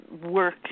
work